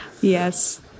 Yes